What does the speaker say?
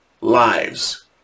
lives